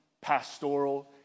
pastoral